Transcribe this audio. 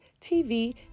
TV